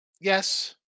Yes